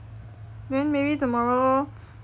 then maybe tomorrow